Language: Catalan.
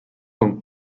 com